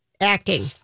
acting